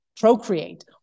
procreate